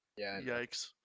yikes